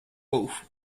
both